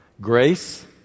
grace